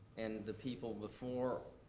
and the people before,